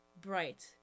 bright